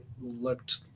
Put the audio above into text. looked